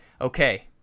okay